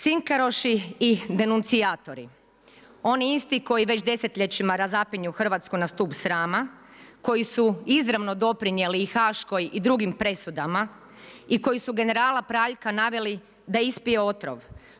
Cinkaruši i denucijatori, oni isti koji već desetljećima, razapinju Hrvatsku na stup srama, koji su izravno doprinijeli i haškoj i drugim presudama i koji su generalka Praljka naveli da ispiju otrov.